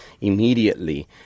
immediately